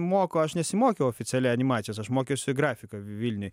moku aš nesimokiau oficialiai animacijos aš mokiausi grafiką vilniuj